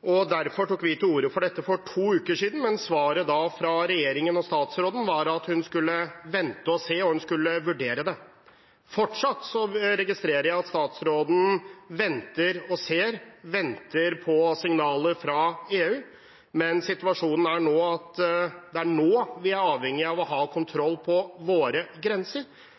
Derfor tok vi til orde for dette for to uker siden, men svaret fra regjeringen og statsråden da var at hun skulle vente og se, og at hun skulle vurdere det. Fortsatt registrerer jeg at statsråden venter og ser, venter på signaler fra EU. Men situasjonen er at det er nå vi er avhengig av å ha kontroll på våre grenser.